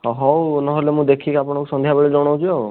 ହଉ ନହେଲେ ମୁଁ ଦେଖିକି ଆପଣଙ୍କୁ ସନ୍ଧ୍ୟାବେଳେ ଜଣଉଛି ଆଉ